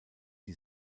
die